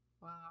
Wow